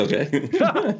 okay